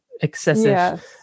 excessive